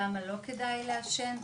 למה לא כדאי לעשן,